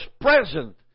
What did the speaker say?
present